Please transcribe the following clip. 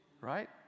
Right